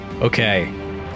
okay